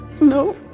No